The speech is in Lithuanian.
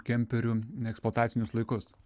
kemperių eksploatacinius laikus